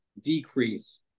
decrease